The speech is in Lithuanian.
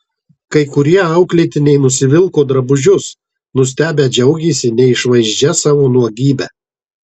kai kurie auklėtiniai nusivilko drabužius nustebę džiaugėsi neišvaizdžia savo nuogybe